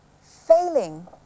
Failing